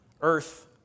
earth